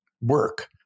work